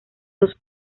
dos